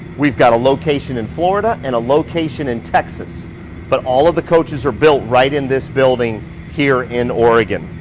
we've got a location in florida and a location in texas but all of the coaches are built right in this building, here in oregon.